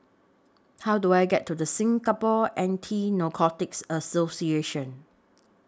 How Do I get to Singapore Anti Narcotics Association